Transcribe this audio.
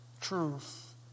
truth